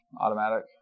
automatic